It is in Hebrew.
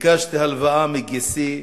ביקשתי הלוואה מגיסי,